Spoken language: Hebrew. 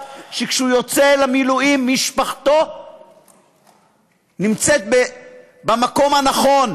שכשהוא יוצא למילואים משפחתו נמצאת במקום הנכון,